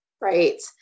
Right